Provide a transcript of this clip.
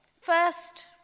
First